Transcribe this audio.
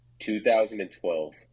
2012